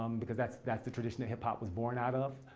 um because that's that's the tradition that hip hop was born out of.